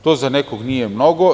To za nekog nije mnogo.